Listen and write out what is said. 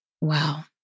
Wow